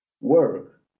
work